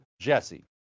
JESSE